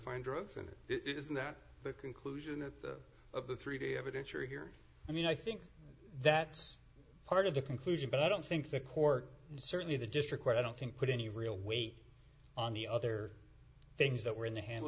find drugs and it isn't that the conclusion that of the three day evidence or here i mean i think that's part of the conclusion but i don't think the court and certainly the district what i don't think put any real weight on the other things that were in the hand